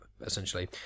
essentially